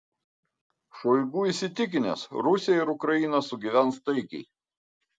šoigu įsitikinęs rusija ir ukraina sugyvens taikiai